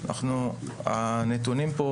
אלה יהיו הנתונים.